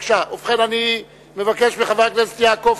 ובכן, אני מבקש מחבר הכנסת חיים